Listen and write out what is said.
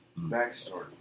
Backstory